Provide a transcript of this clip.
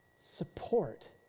support